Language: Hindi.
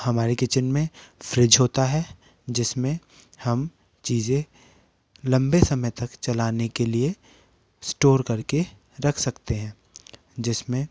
हमारे किचेन में फ्रीज़ होता है जिसमेन हम चीज़ें लंबे समय तक चलाने के लिए स्टोर करके रख सकते हैं जिसमें